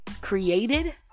created